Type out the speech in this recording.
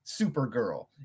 Supergirl